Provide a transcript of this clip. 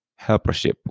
helpership